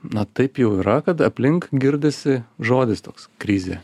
na taip jau yra kad aplink girdisi žodis toks krizė